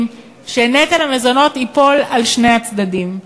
כאלה נטל המזונות ייפול על שני הצדדים.